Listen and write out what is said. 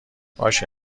باشه